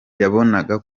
yabonaga